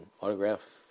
autograph